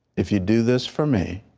if you do this for me,